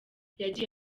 yabwiye